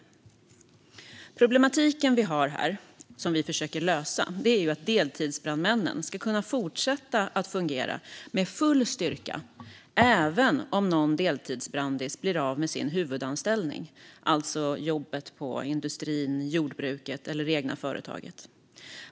Den problematik som finns här och som vi försöker lösa handlar om att deltidsbrandmännen ska kunna fortsätta att fungera med full styrka även om någon deltidsbrandis blir av med sin huvudanställning, alltså jobbet i industrin, jordbruket eller det egna företaget.